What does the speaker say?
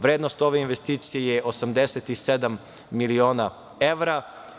Vrednost ove investicije je 87 miliona evra.